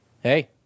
Hey